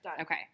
Okay